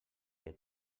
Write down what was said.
que